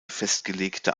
festgelegte